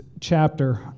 chapter